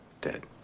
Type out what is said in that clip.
Dead